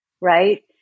right